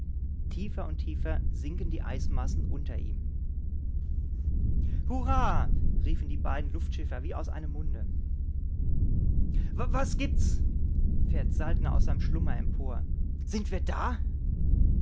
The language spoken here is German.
tiefer und tiefer sinken die eismassen unter ihm hurrah rufen die beiden luftschiffer wie aus einem munde was gibt's fährt saltner aus seinem schlummer empor sind wir da